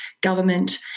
government